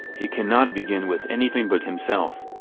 he cannot begin with anything but himself.